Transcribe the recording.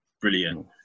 Brilliant